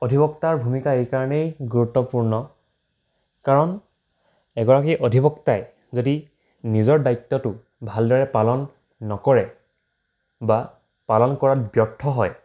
অধিবক্তাৰ ভূমিকা এইকাৰণেই গুৰুত্বপূৰ্ণ কাৰণ এগৰাকী অধিবক্তাই যদি নিজৰ দায়িত্বটো ভালদৰে পালন নকৰে বা পালন কৰাত ব্যৰ্থ হয়